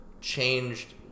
changed